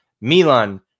Milan